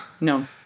No